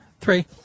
Three